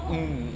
orh